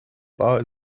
bar